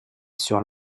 sur